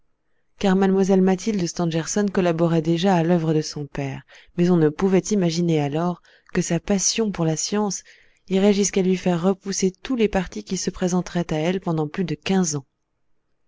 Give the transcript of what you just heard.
car mlle mathilde stangerson collaborait déjà à l'œuvre de son père mais on ne pouvait imaginer alors que sa passion pour la science irait jusqu'à lui faire repousser tous les partis qui se présenteraient à elle pendant plus de quinze ans